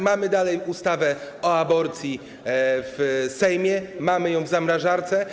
Mamy dalej ustawę o aborcji w Sejmie, mamy ją w zamrażalce.